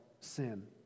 sin